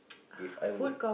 If I would